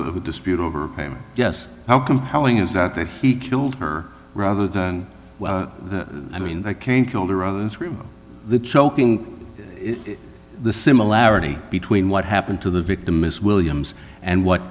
of a dispute over payment yes how compelling is that that he killed her rather than i mean the choking the similarity between what happened to the victim miss williams and what